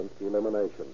elimination